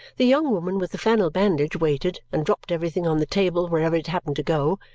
the young woman with the flannel bandage waited, and dropped everything on the table wherever it happened to go,